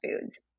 foods